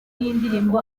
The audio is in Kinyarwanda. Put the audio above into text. yindirimbo